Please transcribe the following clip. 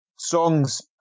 Songs